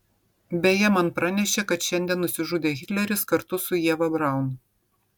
beje man pranešė kad šiandien nusižudė hitleris kartu su ieva braun